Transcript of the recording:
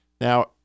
Now